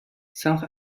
south